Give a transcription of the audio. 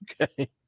Okay